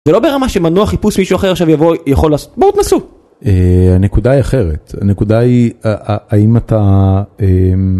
לא ברמה שמנוע חיפוש מישהו אחר שיבוא יכול לעשות בואו נסו. הנקודה היא אחרת. הנקודה היא אם אתה.